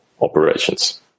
operations